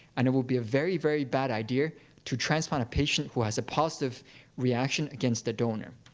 and it will be a very, very bad idea to transplant a patient who has a positive reaction against the donor.